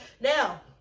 now